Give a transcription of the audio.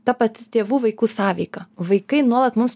ta pati tėvų vaikų sąveika vaikai nuolat mus